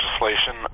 legislation